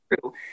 true